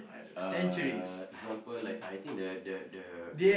uh example like I think the the the the